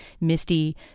misty